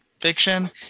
fiction –